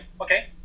okay